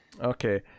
Okay